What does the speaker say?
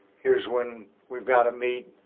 here's when we've got to meet.